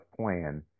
plan